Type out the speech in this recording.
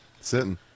Sitting